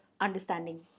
understanding